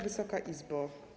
Wysoka Izbo!